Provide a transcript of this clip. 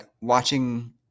watching